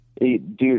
dude